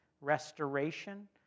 restoration